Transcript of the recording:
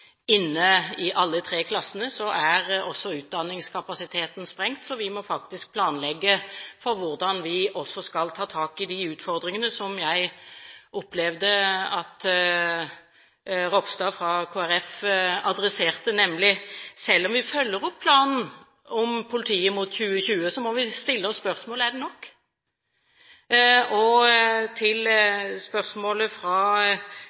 inne i alle tre klassene, er også utdanningskapasiteten sprengt. Så vi må faktisk planlegge for hvordan vi også skal ta tak i de utfordringene som jeg opplevde at Ropstad fra Kristelig Folkeparti adresserte, nemlig at selv om vi følger opp planen i «Politiet mot 2020», må vi stille oss spørsmålet: Er det nok? Til spørsmålet fra